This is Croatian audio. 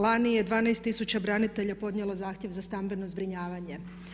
Lani 12 tisuća branitelja je podnijelo zahtjev za stambeno zbrinjavanje.